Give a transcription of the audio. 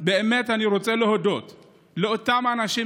אני רוצה להודות באמת לאותם אנשים,